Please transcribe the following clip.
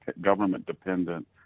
government-dependent